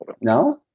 No